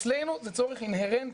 אצלנו זה צורך אינהרנטי.